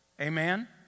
Amen